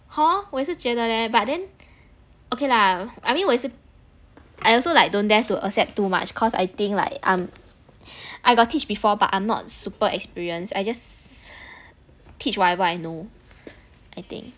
hor 我也是觉得 leh but then okay lah I mean 我也是 I also like don't dare to accept too much cause I think like I'm I got teach before but I'm not super experienced I just teach whatever know I think